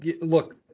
look